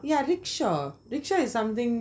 yeah rickshaw rickshaw is something